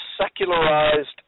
secularized